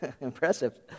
impressive